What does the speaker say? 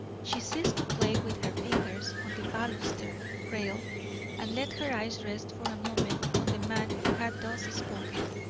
she ceased to play with her fingers on the baluster rail and let her eyes rest for a moment on the man who had thus spoken,